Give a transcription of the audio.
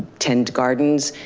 tend gardens,